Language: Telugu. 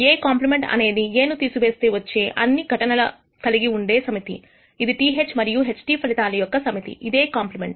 A కాంప్లిమెంట్ అనేది A ను తీసివేస్తే వచ్చే అన్ని ఘటనలు కలిగివుండే సమితి ఇది TH మరియు HT ఫలితాల యొక్క సమితి ఇదే కాంప్లిమెంట్